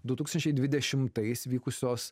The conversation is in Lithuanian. du tūkstančiai dvidešimtais vykusios